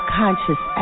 conscious